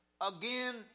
again